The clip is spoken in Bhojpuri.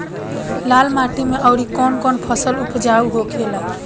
लाल माटी मे आउर कौन कौन फसल उपजाऊ होखे ला?